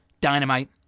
Dynamite